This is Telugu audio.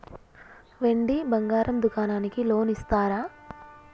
వెండి బంగారం దుకాణానికి లోన్ ఇస్తారా?